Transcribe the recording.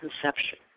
conception